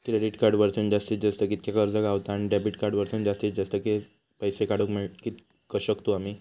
Credit card वरसून जास्तीत जास्त कितक्या कर्ज गावता, आणि डेबिट कार्ड वरसून जास्तीत जास्त कितके पैसे काढुक शकतू आम्ही?